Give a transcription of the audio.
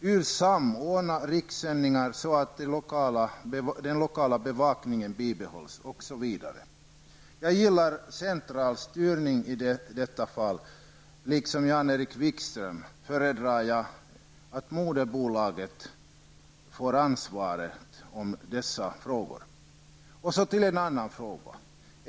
Hur skall man samordna rikets sändningar så att den lokala bevakningen bibehålls osv. Jag gillar centralstyrning beträffande detta. Liksom Jan-Erik Wikström föredrar jag att moderbolaget får ansvara för dessa frågor. Och så till en annan fråga.